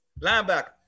Linebacker